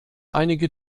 einige